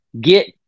get